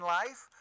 life